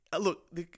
look